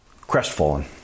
Crestfallen